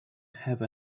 have